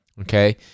Okay